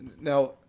Now